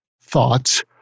thoughts